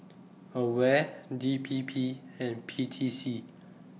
AWARE D P P and P T C